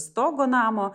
stogo namo